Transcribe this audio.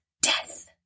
death